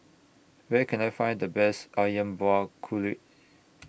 Where Can I Find The Best Ayam Buah Keluak